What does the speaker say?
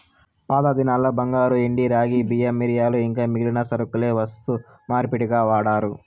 పాతదినాల్ల బంగారు, ఎండి, రాగి, బియ్యం, మిరియాలు ఇంకా మిగిలిన సరకులే వస్తు మార్పిడిగా వాడారు